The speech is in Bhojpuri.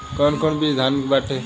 कौन कौन बिज धान के बाटे?